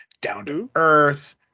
down-to-earth